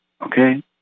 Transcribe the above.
Okay